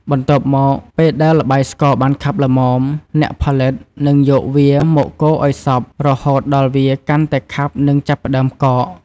បន្ទាប់មក ពេលដែលល្បាយស្ករបានខាប់ល្មម អ្នកផលិតនឹងយកវាមកកូរឲ្យសព្វរហូតដល់វាកាន់តែខាប់និងចាប់ផ្តើមកក។